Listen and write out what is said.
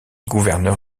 gouverneur